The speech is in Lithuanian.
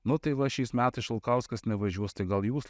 nu tai va šiais metais šalkauskas nevažiuos tai gal jūs